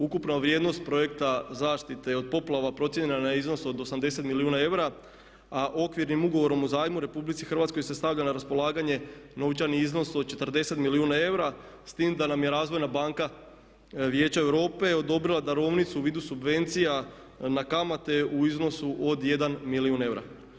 Ukupna vrijednost projekta zaštite od poplava procijenjena je na iznos od 80 milijuna eura, a Okvirnim ugovorom o zajmu Republici Hrvatskoj se stavlja na raspolaganje novčani iznos od 40 milijuna eura s tim da nam je Razvojna banka Vijeća Europe odobrila darovnicu u vidu subvencija na kamate u iznosu od 1 milijun eura.